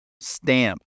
stamp